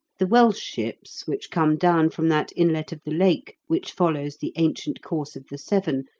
the welsh ships, which come down from that inlet of the lake which follows the ancient course of the severn,